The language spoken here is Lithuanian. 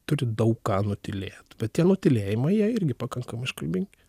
turi daug ką nutylėt bet tie nutylėjimai jie irgi pakankamai iškalbingi